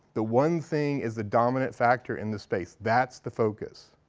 the one thing is the dominant factor in the space, that's the focus.